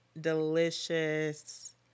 delicious